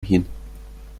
hin